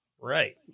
Right